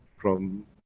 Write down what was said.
from.